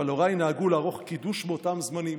אבל הוריי נהגו לערוך קידוש באותם זמנים,